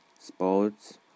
sports